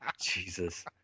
Jesus